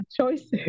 choices